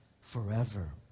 forever